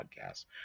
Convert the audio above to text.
Podcast